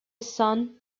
son